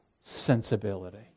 sensibility